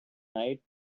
night